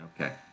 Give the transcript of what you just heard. Okay